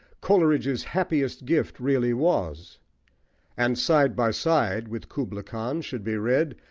coleridge's happiest gift really was and side by side with kubla khan should be read,